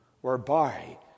whereby